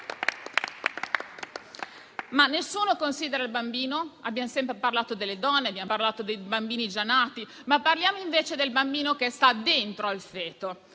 Nessuno considera il bambino? Abbiamo sempre parlato delle donne, abbiamo parlato dei bambini già nati; parliamo invece del bambino in divenire che